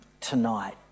tonight